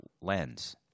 lens